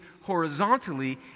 horizontally